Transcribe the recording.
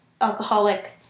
alcoholic